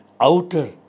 outer